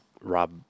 rob